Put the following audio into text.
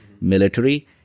military